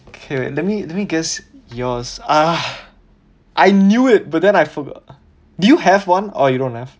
okay wait let me let me guess yours ah I knew it but then I for~ do you have one or you don't have